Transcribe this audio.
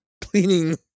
cleaning